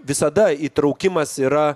visada įtraukimas yra